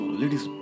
ladies